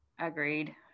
Agreed